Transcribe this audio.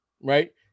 right